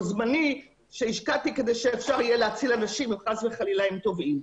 משהו זמני כדי שאפשר יהיה להציל אנשים אם חס וחלילה הם טובעים.